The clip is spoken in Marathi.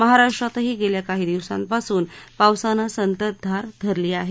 महाराष्ट्रातही गेल्या काही दिवसांपासून पावसानं संततधार धरली आहे